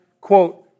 quote